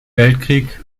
weltkrieg